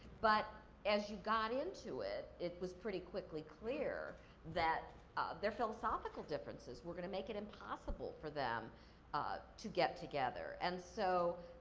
but, as you got into it, it was pretty quickly clear that their philosophical differences were gonna make it impossible for them ah to get together. and so,